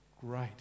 Great